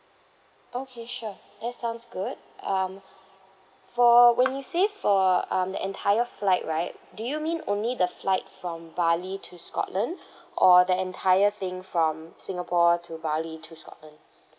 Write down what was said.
okay sure that sounds good um for when you say for um the entire flight right do you mean only the flight from bali to scotland or the entire thing from singapore to bali to scotland